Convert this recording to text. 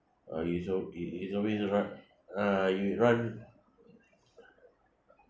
uh is al~ i~ is always ru~ uh you run